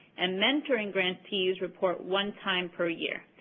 and mentoring grantees report one time per year.